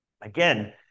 again